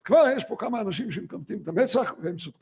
כבר יש פה כמה אנשים שהם מקמטים את המצח והם צודקים.